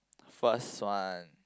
first one